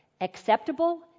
acceptable